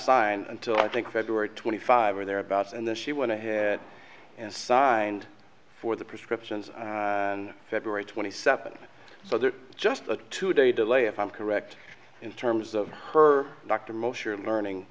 signed until i think february twenty five or thereabouts and then she went ahead and signed for the prescriptions on february twenty seventh so there's just a two day delay if i'm correct in terms of her dr mosher learning